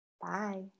Bye